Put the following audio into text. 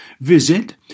Visit